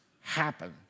happen